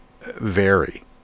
vary